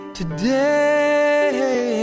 today